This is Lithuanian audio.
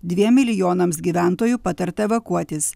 dviem milijonams gyventojų patarta evakuotis